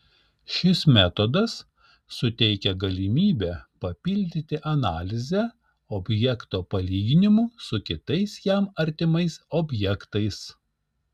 šis metodas suteikia galimybę papildyti analizę objekto palyginimu su kitais jam artimais objektais